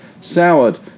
soured